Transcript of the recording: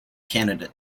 candidate